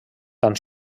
tan